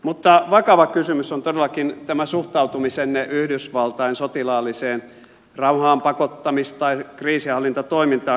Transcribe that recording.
mutta vakava kysymys on todellakin tämä suhtautumisenne yhdysvaltain sotilaalliseen rauhaanpakottamis tai kriisinhallintatoimintaan